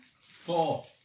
four